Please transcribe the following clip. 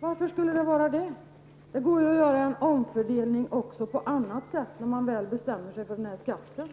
Varför skall det vara så? Man kan ju göra en annan fördelning när man väl bestämmer sig för att ta ut denna skatt.